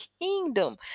kingdom